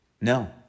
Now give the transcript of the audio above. no